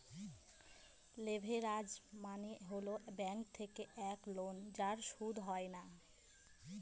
leverage মানে হল bank থেকে এক লোন যার সুদ হয় না